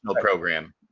program